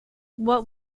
what